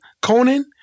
Conan